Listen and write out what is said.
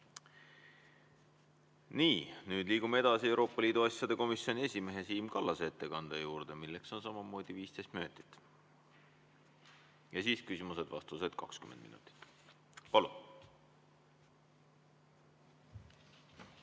Nii, nüüd liigume edasi Euroopa Liidu asjade komisjoni esimehe Siim Kallase ettekande juurde. Selleks on samamoodi 15 minutit ja siis küsimusteks-vastusteks 20 minutit. Palun!